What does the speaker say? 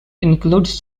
includes